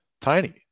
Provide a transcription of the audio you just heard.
tiny